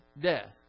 death